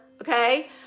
okay